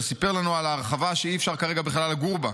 סיפר לנו על ההרחבה שאי-אפשר כרגע בכלל לגור בה,